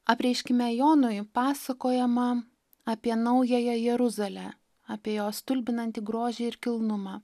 apreiškime jonui pasakojama apie naująją jeruzalę apie jos stulbinantį grožį ir kilnumą